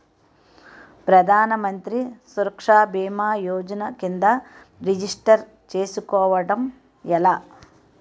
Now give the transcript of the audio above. ప్రధాన మంత్రి సురక్ష భీమా యోజన కిందా రిజిస్టర్ చేసుకోవటం ఎలా?